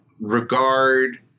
regard